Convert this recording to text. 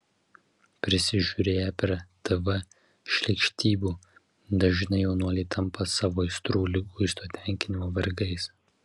prisižiūrėję per tv šlykštybių dažnai jaunuoliai tampa savo aistrų liguisto tenkinimo vergais